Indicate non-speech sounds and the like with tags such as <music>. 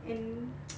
and <noise>